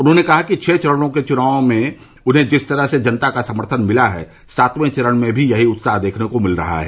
उन्होंने कहा कि छह चरणों के चुनाव में उन्हें जिस तरह से जनता का सम्थन मिला है सातवें चरण में भी यही उत्साह देखने को मिल रहा है